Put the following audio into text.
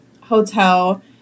hotel